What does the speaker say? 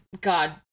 god